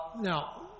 Now